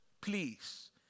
Please